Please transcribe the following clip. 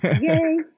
Yay